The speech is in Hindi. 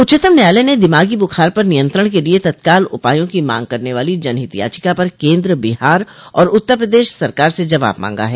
उच्चतम न्यायालय ने दिमागो बुखार पर नियंत्रण के लिए तत्काल उपायों की मांग करने वाली जनहित याचिका पर केन्द्र बिहार और उत्तर प्रदेश सरकार से जवाब मांगा है